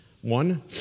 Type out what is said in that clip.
One